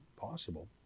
possible